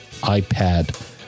iPad